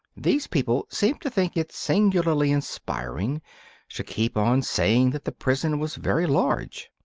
these people seemed to think it singularly inspiring to keep on saying that the prison was very large.